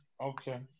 Okay